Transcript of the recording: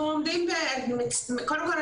קודם כל,